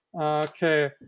okay